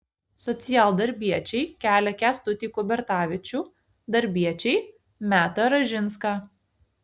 socialdarbiečiai kelia kęstutį kubertavičių darbiečiai metą ražinską